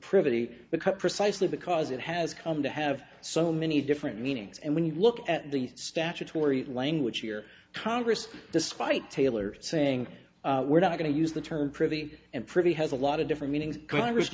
pretty because precisely because it has come to have so many different meanings and when you look at the statutory language here congress despite taylor saying we're not going to use the term pretty and pretty has a lot of different meanings congress